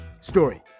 story